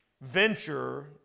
venture